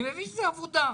אני מבין שזאת עבודה.